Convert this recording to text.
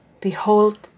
behold